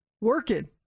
working